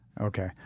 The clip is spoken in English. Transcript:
Okay